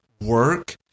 work